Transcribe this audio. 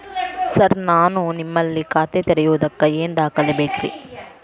Sir ನಾನು ನಿಮ್ಮಲ್ಲಿ ಖಾತೆ ತೆರೆಯುವುದಕ್ಕೆ ಏನ್ ದಾಖಲೆ ಬೇಕ್ರಿ?